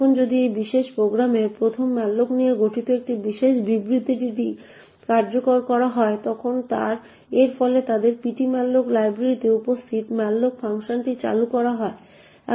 এখন যখন এই বিশেষ প্রোগ্রামের 1ম malloc নিয়ে গঠিত এই বিশেষ বিবৃতিটি কার্যকর করা হয় তখন এর ফলে তাদের ptmalloc লাইব্রেরিতে উপস্থিত malloc ফাংশনটি চালু করা হয়